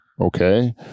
Okay